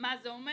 מה זה אומר.